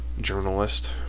journalist